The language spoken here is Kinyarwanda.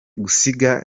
gusiga